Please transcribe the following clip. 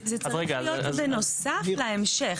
זה צריך להיות בנוסף להמשך.